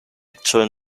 actual